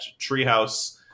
Treehouse